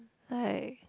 like